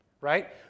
Right